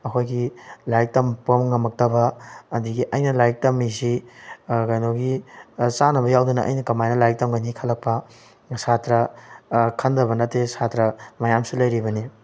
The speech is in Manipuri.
ꯑꯩꯈꯣꯏꯒꯤ ꯂꯥꯏꯔꯤꯛ ꯇꯝꯕ ꯉꯝꯃꯛꯇꯕ ꯑꯗꯒꯤ ꯑꯩꯅ ꯂꯥꯏꯔꯤꯛ ꯇꯝꯃꯤꯁꯤ ꯀꯩꯅꯣꯒꯤ ꯆꯥꯅꯕ ꯌꯥꯎꯗꯅ ꯑꯩꯅ ꯀꯃꯥꯏꯅ ꯂꯥꯏꯔꯤꯛ ꯇꯝꯒꯅꯤ ꯈꯜꯂꯛꯄ ꯁꯥꯇ꯭ꯔ ꯈꯟꯗꯕ ꯅꯠꯇꯦ ꯁꯥꯇ꯭ꯔ ꯃꯌꯥꯝꯁꯨ ꯂꯩꯔꯤꯕꯅꯤ